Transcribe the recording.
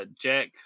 Jack